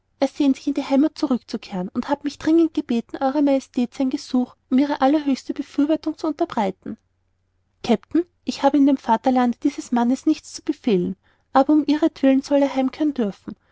er sehnt sich in die heimat zurückzukehren und hat mich dringend gebeten ew majestät sein gesuch um ihre allerhöchste befürwortung zu unterbreiten kapitän ich habe in dem vaterlande dieses mannes nichts zu befehlen aber um ihretwillen soll er heimkehren dürfen